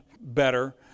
better